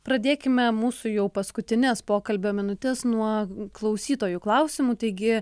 pradėkime mūsų jau paskutines pokalbio minutės nuo klausytojų klausimų taigi